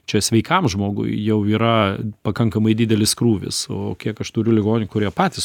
čia sveikam žmogui jau yra pakankamai didelis krūvis o kiek aš turiu ligonių kurie patys